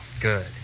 Good